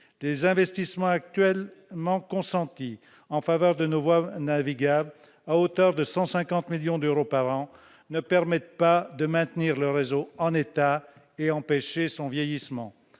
Les investissements actuellement consentis à cette fin, à hauteur de 150 millions d'euros par an, ne permettent pas de maintenir le réseau en état et d'empêcher son vieillissement.